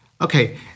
Okay